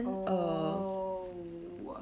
oh